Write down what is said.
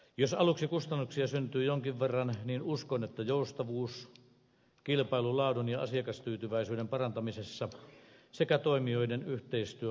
jos aluksi kustannuksia syntyy jonkin verran niin uskon että joustavuus kilpailu laadun ja asiakastyytyväisyyden parantamisessa sekä toimijoiden yhteistyö alentavat kustannuksia